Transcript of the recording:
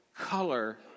color